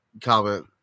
comment